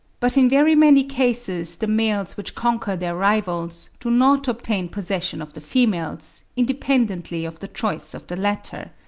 but in very many cases the males which conquer their rivals, do not obtain possession of the females, independently of the choice of the latter.